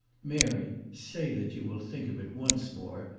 mary, say that you will think of it once more,